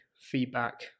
feedback